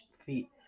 feet